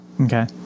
Okay